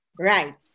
Right